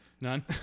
None